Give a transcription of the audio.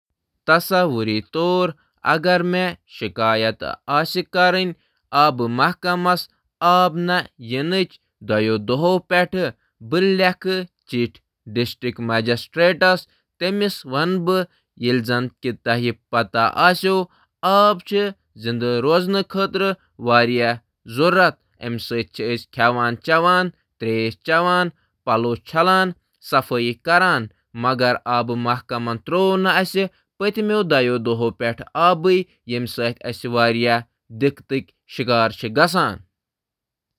تصور کٔرِو زِ اگر بہٕ واٹر کمپنی شِکایت کرنہٕ خٲطرٕ فون کران زِ مےٚ چھُنہٕ دۄن دۄہَن منٛز آب آمُت۔ بہٕ لیکھہٕ ضلع مجسٹریٹَس اکھ درخاست زِ آب کوٗتاہ چھُ زِنٛدٕگی خٲطرٕ اَہَم، تہٕ أسۍ چھِ پَلو چھلان، غسل کران، کھٮ۪ن رَنان۔ مگر أسۍ چھِ دۄن دۄہَن آب ورٲے۔